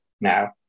now